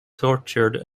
tortured